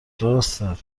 درسته